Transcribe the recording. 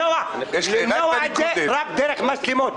אפשר למנוע את זה רק עם מצלמות.